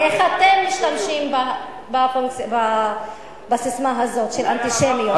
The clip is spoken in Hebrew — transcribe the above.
ואיך אתם משתמשים בססמה הזאת של אנטישמיות.